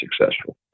successful